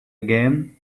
again